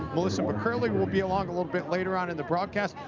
melissa mccurley will be along a little bit later on in the broadcast.